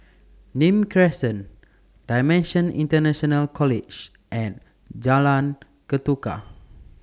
Nim Crescent DImensions International College and Jalan Ketuka